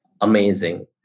amazing